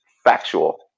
factual